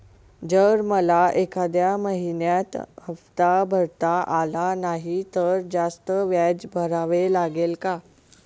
जर मला एखाद्या महिन्यात हफ्ता भरता आला नाही तर जास्त व्याज भरावे लागेल का?